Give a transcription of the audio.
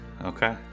Okay